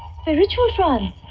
spiritual trance?